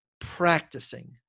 practicing